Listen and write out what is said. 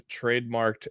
trademarked